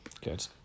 Good